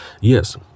yes